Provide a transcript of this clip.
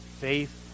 faith